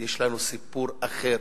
יש לנו סיפור אחר,